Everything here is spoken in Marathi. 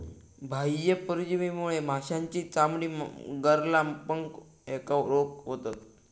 बाह्य परजीवीमुळे माशांची चामडी, गरला, पंख ह्येका रोग होतत